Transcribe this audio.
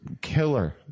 killer